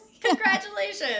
Congratulations